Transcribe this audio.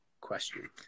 question